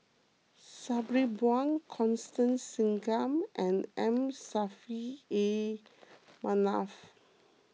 Sabri Buang Constance Singam and M Saffri A Manaf